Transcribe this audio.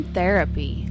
Therapy